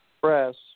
Press